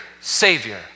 Savior